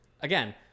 again